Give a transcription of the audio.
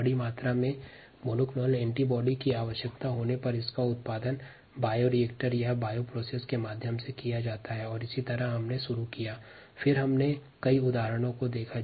बड़ी मात्रा में मोनोक्लोनल एंटीबॉडी की आवश्यकता होने पर इसका उत्पादन बायोरिएक्टर या बायोप्रोसेस के माध्यम से किया जाता है और इस विषय के साथ हमने पिछला व्याख्यान शुरू किया था